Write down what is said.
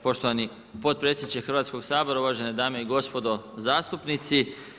Poštovani potpredsjedniče Hrvatskoga sabora, uvažene dame i gospodo zastupnici.